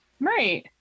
Right